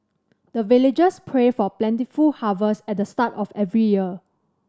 the villagers pray for plentiful harvest at the start of every year